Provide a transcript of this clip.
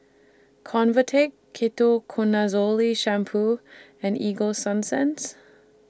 Convatec Ketoconazole Shampoo and Ego Sunsense